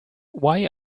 why